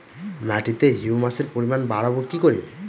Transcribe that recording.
মাটিতে হিউমাসের পরিমাণ বারবো কি করে?